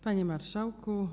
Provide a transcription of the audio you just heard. Panie Marszałku!